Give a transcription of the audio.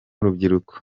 urubyiruko